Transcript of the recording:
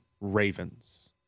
Ravens